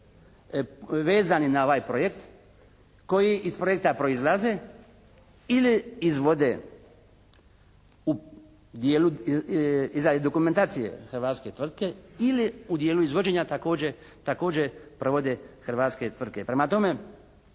vezani na ovaj projekt, koji iz projekta proizlaze ili izvode u dijelu i za dokumentacije hrvatske tvrtke ili u dijelu izvođenja također provode hrvatske tvrtke. Prema tome